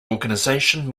organization